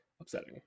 upsetting